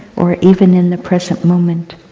or even in the present moment.